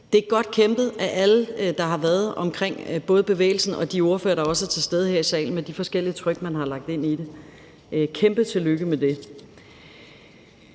Det er godt kæmpet af alle, både dem, der har været omkring bevægelsen, og de ordførere, der også er til stede her i salen, med de forskellige tryk, man har lagt ind i det. Et kæmpe tillykke med det.